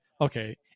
okay